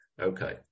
Okay